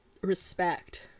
respect